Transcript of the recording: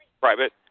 private